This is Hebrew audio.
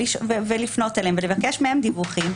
לפנות אליהם ולבקש מהם דיווחים,